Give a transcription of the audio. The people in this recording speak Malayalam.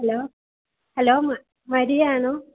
hello hello മരിയയാണോ